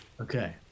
Okay